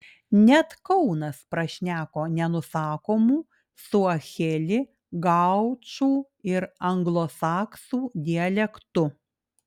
net kaunas prašneko nenusakomu suaheli gaučų ir anglosaksų dialektu